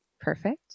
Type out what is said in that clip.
Perfect